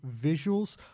visuals